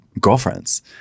girlfriends